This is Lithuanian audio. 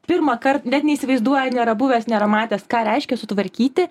pirmąkart net neįsivaizduoja nėra buvęs nėra matęs ką reiškia sutvarkyti